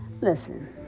Listen